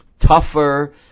Tougher